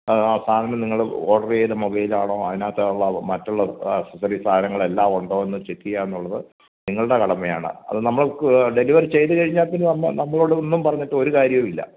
സാധനം നിങ്ങള് ഓഡറെയ്ത മൊബൈലാണോ അതിനകത്ത് ഉള്ള മറ്റുള്ള ആക്സസ്സറി സാധനങ്ങളെല്ലാം ഉണ്ടോയെന്ന് ചെക്കിയ്യാന്നുള്ളത് നിങ്ങളുടെ കടമയാണ് അത് നമ്മൾക്ക് ഡെലിവറി ചെയ്തുകഴിഞ്ഞാല് പിന്നെ നമ്മ നമ്മളോട് ഒന്നും പറഞ്ഞിട്ട് ഒരു കാര്യവുമില്ല